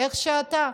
כמו שאתה,